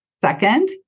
Second